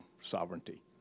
sovereignty